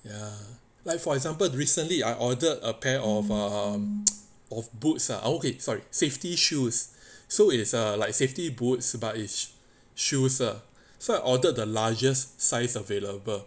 ya like for example recently I ordered a pair of ugh of boots ah okay sorry safety shoes so it is ugh like safety boots but is shoes ah so I ordered the largest size available